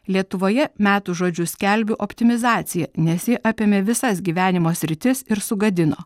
lietuvoje metų žodžiu skelbiu optimizaciją nes ji apėmė visas gyvenimo sritis ir sugadino